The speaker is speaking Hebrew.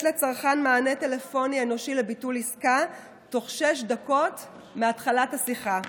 לצרכן מענה טלפוני אנושי לביטול עסקה בתוך שש דקות מהתחלת השיחה.